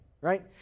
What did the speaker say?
right